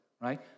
right